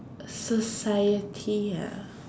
society ah